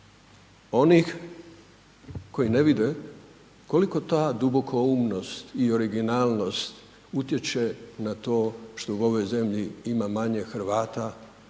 onih koji ne vide koliko ta dubokoumnosti i originalnost utječe na to što u ovoj zemlji ima manje Hrvata,